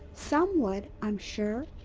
some would. i'm sure.